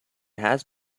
has